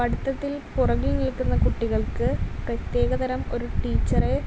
പഠിത്തത്തിൽ പുറകിൽ നിൽക്കുന്ന കുട്ടികൾക്ക് പ്രത്യേകതരം ഒരു ടീച്ചറെ